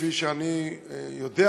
כפי שאני יודע,